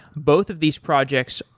both of these projects,